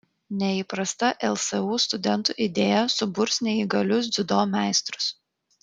neįprasta lsu studentų idėja suburs neįgalius dziudo meistrus